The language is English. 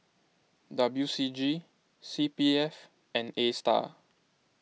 W C G C P F and Astar